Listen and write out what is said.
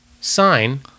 sign